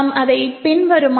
நாம் அதை பின்வரும்